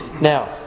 Now